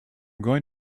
going